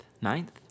ninth